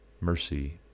mercy